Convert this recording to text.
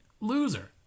loser